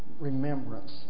remembrance